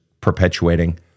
perpetuating